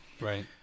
Right